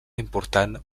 important